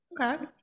okay